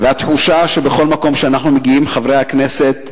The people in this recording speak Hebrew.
והתחושה היא שבכל מקום שאנחנו מגיעים, חברי הכנסת,